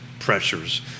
pressures